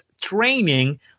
training